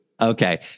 Okay